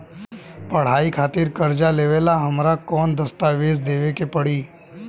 पढ़ाई खातिर कर्जा लेवेला हमरा कौन दस्तावेज़ देवे के पड़ी?